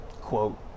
quote